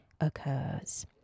occurs